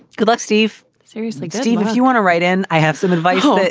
good luck, steve. seriously, steve, if you want to write in, i have some advice.